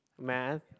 math